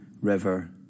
river